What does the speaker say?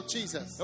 Jesus